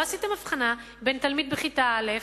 לא עשיתם הבחנה בין תלמיד בכיתה א',